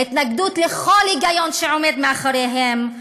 ההתנגדות לכל היגיון שעומד מאחוריהם,